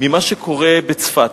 ממה שקורה בצפת,